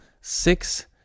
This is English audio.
six